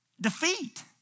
defeat